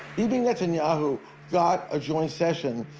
bibi netanyahu got a joint session,